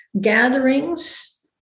gatherings